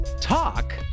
talk